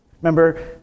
Remember